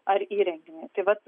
ar įrenginiui tai vat